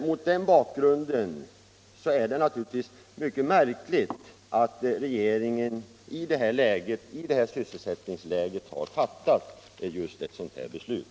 Mot den bakgrunden är det givetvis synnerligen anmärkningsvärt att regeringen i nu rådande sysselsättningsläge har fattat just ett sådant här beslut.